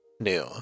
new